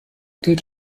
gilt